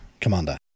commander